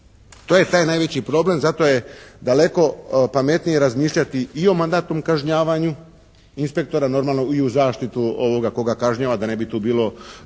To je taj najveći problem. Zato je daleko pametnije razmišljati i o mandatnom kažnjavanju inspektora normalno i u zaštitu ovoga koga kažnjava da ne bi tu bilo